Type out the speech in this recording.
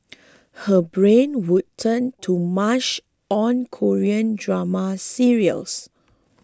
her brain would turn to mush on Korean drama serials